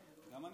גם אני,